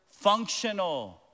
functional